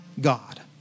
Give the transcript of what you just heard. God